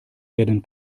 werden